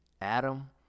Adam